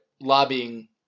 lobbying